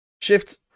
shift